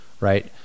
right